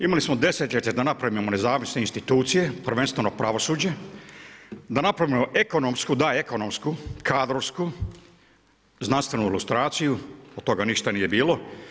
Imali smo desetljeće da napravimo nezavisne institucije, prvenstveno pravosuđe, da naprimo ekonomsku, da ekonomsku, kadrovsku, znanstvenu ilustraciju, od toga ništa nije bilo.